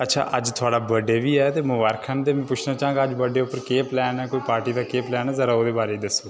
अच्छा अज्ज थुआढ़ा बर्थ डे बी ऐ मुबारखां न पुच्छना चाहंग अज्ज बर्थ डे पर केह् पलैन ऐ पार्टी दा केह् पलैन ऐ जरा ओह्दे बारै दस्सो